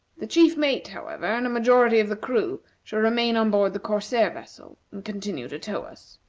the chief mate, however, and a majority of the crew shall remain on board the corsair vessel, and continue to tow us.